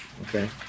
okay